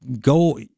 go